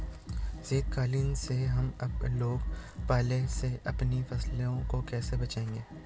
शीतकालीन में हम लोग पाले से अपनी फसलों को कैसे बचाएं?